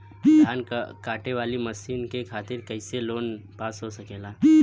धान कांटेवाली मशीन के खातीर कैसे लोन पास हो सकेला?